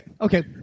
Okay